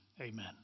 Amen